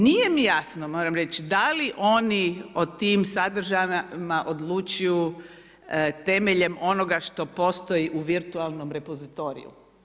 Nije mi jasno, moram reći, da li oni u tim sadržajima odlučuju temeljem onoga što postoji u virtualnom repozitoriju.